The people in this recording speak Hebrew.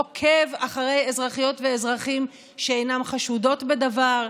עוקב אחרי אזרחיות ואזרחים שאינן חשודות בדבר,